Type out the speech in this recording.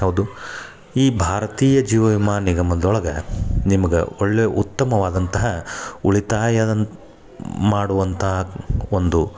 ಹೌದು ಈ ಭಾರತೀಯ ಜೀವ ವಿಮಾ ನಿಗಮದೊಳಗೆ ನಿಮ್ಗೆ ಒಳ್ಳೆಯ ಉತ್ತಮವಾದಂತಹ ಉಳಿತಾಯ ಮಾಡುವಂತಹ ಒಂದು